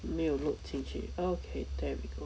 没有 look 进去 okay there we go